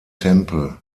tempel